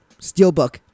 Steelbook